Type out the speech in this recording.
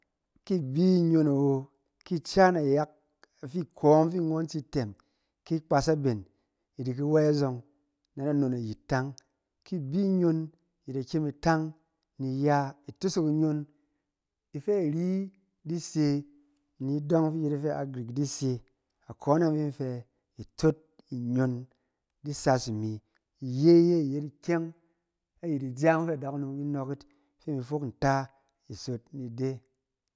Ki i bi nyon awo, ki ica nayak a fi iko yɔng fi ngɔn tsi tɛm, ki kpas aben i di ki wey azɔng, na nanon ayit tang, ki bi nyon, i da kyem itang ni ya. Itosok inyon, ifɛ ari di se, ni dɔng fɛ yet afɛ agirik di se. Akone yɔng fi in fɛ itot inyon di sas imi, iye ye i yet ikyɛng ayɛt ija yɔng fɛ adakunom di nɔɔk yit fi in fok nta isot ni de.